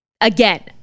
again